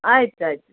ಆಯ್ತು ಆಯಿತು